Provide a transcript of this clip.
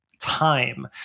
time